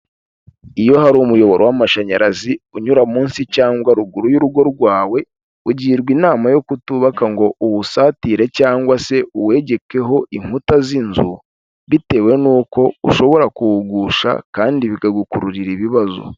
Iyo hari umuyoboro w'amashanyarazi unyura munsi cyangwa ruguru y'urugo rwawe, ugirwa inama yo kutubaka ngo uwusatire cyangwa se uwegekeho inkuta z'inzu, bitewe n'uko ushobora kuwugusha kandi bikagukururira ibibazo.